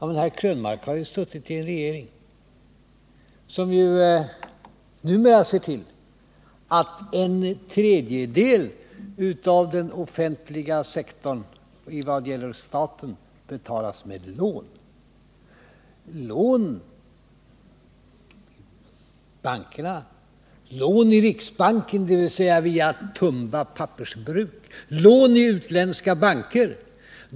Men herr Krönmark har ju suttit i en regering som numera ser till att en tredjedel av statens utgifter för den offentliga sektorn betalas med lån — med lån i bankerna, med lån i riksbanken, dvs. de finansieras via Tumba pappersbruk, med lån i utländska banker.